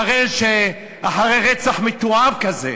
אחרי רצח מתועב כזה.